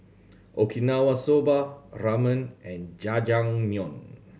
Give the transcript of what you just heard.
Okinawa Soba Ramen and Jajangmyeon